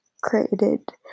created